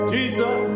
Jesus